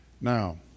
Now